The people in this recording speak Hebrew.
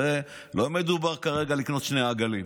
הרי לא מדובר כרגע בלקנות שני עגלים,